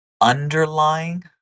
underlying